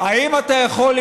האם אתה יכול,